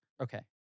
Okay